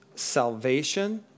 Salvation